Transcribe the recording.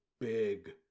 big